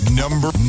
number